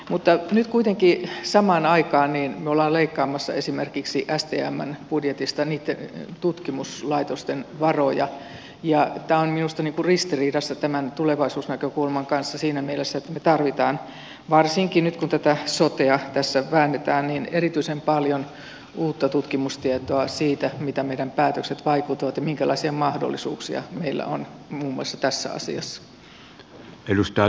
mutta nyt kuitenkin samaan aikaan me olemme leikkaamassa esimerkiksi stmn budjetista niitten tutkimuslaitosten varoja ja tämä on minusta ristiriidassa tämän tulevaisuusnäkökulman kanssa siinä mielessä että me tarvitsemme varsinkin nyt kun tätä sotea tässä väännetään erityisen paljon uutta tutkimustietoa siitä miten meidän päätöksemme vaikuttavat ja minkälaisia mahdollisuuksia meillä on muun muassa tässä asiassa